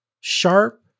Sharp